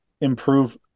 improve